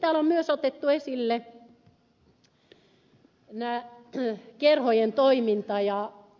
täällä on myös otettu esille kerhojen toiminta